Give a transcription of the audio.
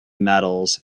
metals